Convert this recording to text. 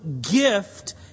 gift